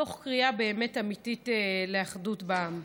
מתוך קריאה אמיתית לאחדות בעם.